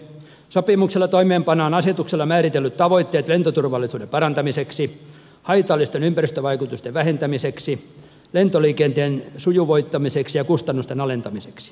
sopimuksella toimeenpannaan asetuksella määritellyt tavoitteet lentoturvallisuuden parantamiseksi haitallisten ympäristövaikutusten vähentämiseksi lentoliikenteen sujuvoittamiseksi ja kustannusten alentamiseksi